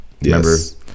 Yes